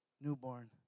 newborn